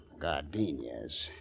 gardenias